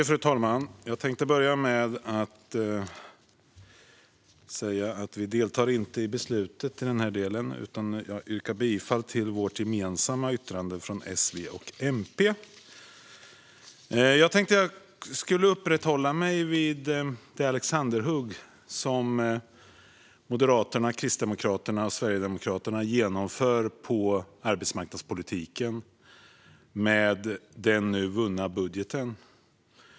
Fru talman! Vi deltar inte i beslutet, men jag yrkar bifall till det gemensamma yttrandet från S, V och MP. Jag tänkte uppehålla mig vid det alexanderhugg som Moderaterna, Kristdemokraterna och Sverigedemokraterna utdelar till arbetsmarknadspolitiken i den nu vunna budgeten.